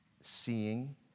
seeing